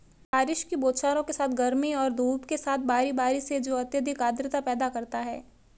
बारिश की बौछारों के साथ गर्मी और धूप के साथ बारी बारी से जो अत्यधिक आर्द्रता पैदा करता है